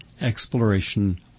exploration